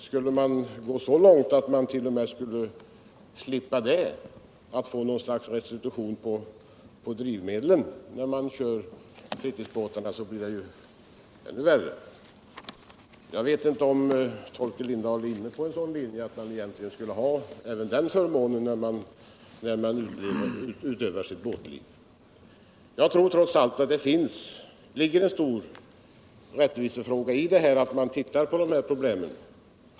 Skulle man gå så längt alt man t.o.m. lät dem slippa det, att de skulle få något slags restitution uv skatten på drivmedel ull fritidsbåten, då blev det ju ännu värre. Jag vet inte om Torkel Lindahl var inne på en sådan linje aut man egentligen skulle ha även den förmånen när man utövar sin batsport. Jag tycker trots allt att det här är en rättvisefråga och anser att man skall titta noga på de här problemen.